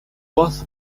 both